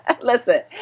Listen